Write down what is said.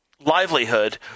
livelihood